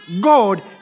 God